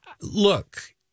look